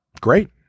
Great